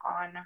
on